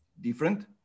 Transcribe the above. different